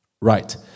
Right